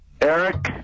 Eric